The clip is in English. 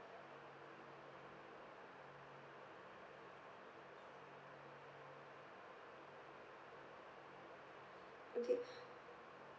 okay